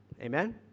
Amen